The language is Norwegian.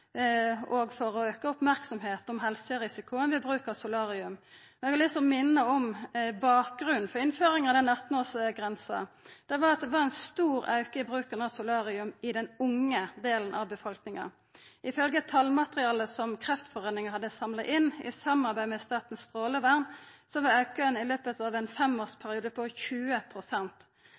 å auka merksemda om helserisikoen ved bruk av solarium. Eg har lyst til å minna om bakgrunnen for innføring av denne 18 års grensa. Det var at det var ein stor auke i bruken av solarium i den unge delen av befolkninga. Ifølgje talmateriale som Kreftforeininga hadde samla inn i samarbeid med Statens strålevern, var auken i løpet av ein femårsperiode på